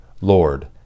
Lord